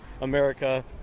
America